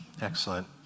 Excellent